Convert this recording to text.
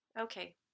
Okay